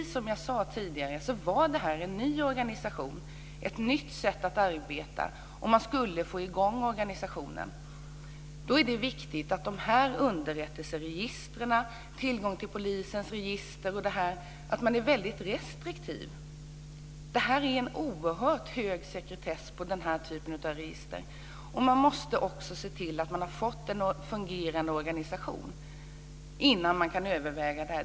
Som jag sade tidigare var detta nämligen en ny organisation och ett nytt sätt att arbeta. Det gällde att få i gång organisationen. Då är det viktigt att man är restriktiv med underrättelseregistren och med tillgången till polisens register. Det är oerhört hög sekretess på denna typ av register. Man måste se till att man har fått en fungerade organisation innan man kan överväga detta.